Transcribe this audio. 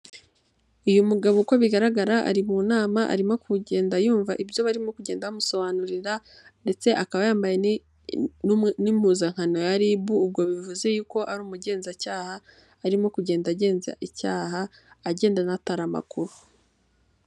Uyu mugabo uko bigaragara ari mu nama arimo kugenda yumva ibyo barimo kugenda bamusobanurira ndetse akaba yambaye n'impuzankano ya RIB, ubwo bivuze yuko ari umugenzacyaha arimo kugenda agenza icyaha agenda anatara amakuru.